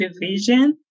division